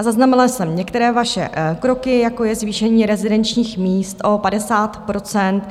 Zaznamenala jsem některé vaše kroky, jako je zvýšení rezidenčních míst o 50 %.